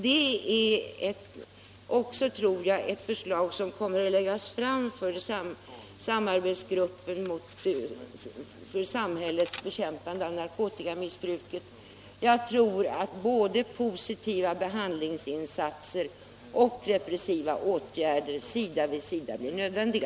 Det är också ett förslag som jag tror kommer att läggas fram för samarbetsgruppen för samhällets bekämpande av narkotikamissbruket. Både positiva behandlingsinsatser och repressiva åtgärder sida vid sida är nödvändiga.